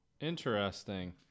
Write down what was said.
Interesting